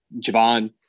Javon